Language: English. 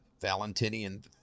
Valentinian